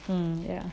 um ya